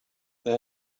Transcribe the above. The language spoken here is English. they